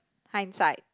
time aside